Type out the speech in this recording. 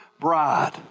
bride